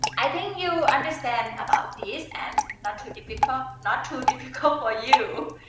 i think you understand about this, and not too difficult, not too difficult for you.